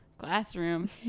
classroom